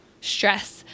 stress